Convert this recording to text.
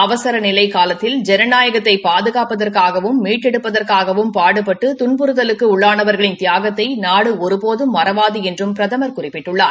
அவசர நிலை காலத்தில் ஜனநாயகத்தை பாதுகாப்பதற்காகவும் மீட்டெடுப்பதற்காகவும் பாடுபட்டு துன்புறுத்தலுக்கு உள்ளானவாகளின் தியாத்தை நாடு ஒருபோதும் மறவாது என்றும் பிரதமா் குறிப்பிட்டுள்ளார்